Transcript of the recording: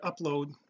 upload